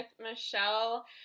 michelle